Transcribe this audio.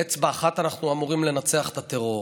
באצבע אחת אנחנו אמורים לנצח את הטרור.